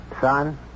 Son